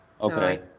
okay